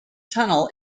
tunnel